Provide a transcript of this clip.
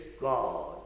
God